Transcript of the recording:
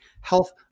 Health